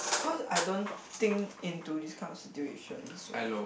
cause I don't think into this kind of situations so